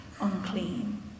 unclean